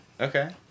Okay